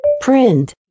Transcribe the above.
print